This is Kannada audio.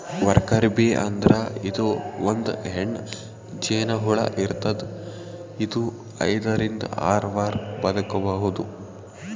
ವರ್ಕರ್ ಬೀ ಅಂದ್ರ ಇದು ಒಂದ್ ಹೆಣ್ಣ್ ಜೇನಹುಳ ಇರ್ತದ್ ಇದು ಐದರಿಂದ್ ಆರ್ ವಾರ್ ಬದ್ಕಬಹುದ್